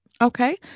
Okay